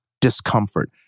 discomfort